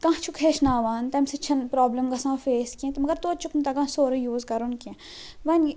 کانٛہہ چھُکھ ہیٚچھناوان تَمہِ سۭتۍ چھَنہٕ پرٛابلم گَژھان فیس کیٚنٛہہ تہٕ مگر توتہِ چھُکھ نہٕ تگان سورُے یوٗز کَرُن کیٚنٛہہ وۄنۍ